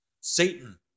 Satan